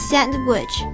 Sandwich